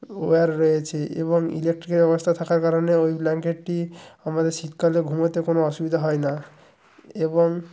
wire রয়েছে এবং ইলেকট্রিকের ব্যবস্থা থাকার কারণে ওই ব্ল্যাঙ্ককেটটি আমাদের শীতকালে ঘুমোতে কোনো অসুবিধা হয় না এবং